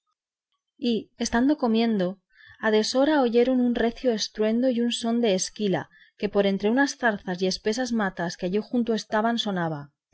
y estando comiendo a deshora oyeron un recio estruendo y un son de esquila que por entre unas zarzas y espesas matas que allí junto estaban sonaba